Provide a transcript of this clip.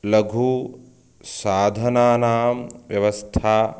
लघुसाधनानां व्यवस्था